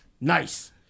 nice